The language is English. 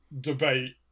debate